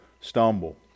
stumble